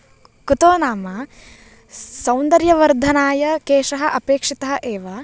कुतो नाम सौन्दर्यवर्धनाय केशः अपेक्षितः एव